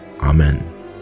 Amen